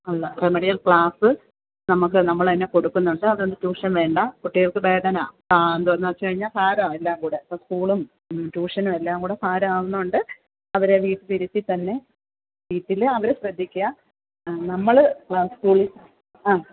അല്ല remedial class നമുക്ക് നമ്മളന്നെ കൊടുക്കുന്നുണ്ട് അതോണ്ട് ട്യൂഷൻ വേണ്ട കുട്ടികൾക്ക് ബേർടനാ എന്തോന്ന് വെച്ചഴിഞ്ഞാൽ ഭാരം എല്ലാം കൂടെ ഇപ്പം സ്കൂളും ട്യൂഷനും എല്ലാം കൂടെ ഭാരമാവുന്നു കൊണ്ട് അവരെ വീട്ടിലിരുത്തി തന്നെ വീട്ടിൽ അവരെ ശ്രദ്ധിക്കാൻ നമ്മൾ ആ സ്കൂളിൽ ആ